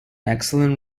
excellent